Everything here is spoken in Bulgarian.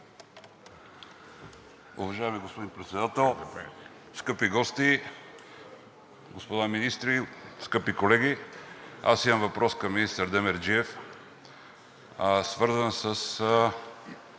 Уважаеми господин Председател, скъпи гости, господа министри, скъпи колеги! Аз имам въпрос към министър Демерджиев, свързан с